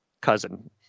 cousin